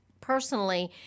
personally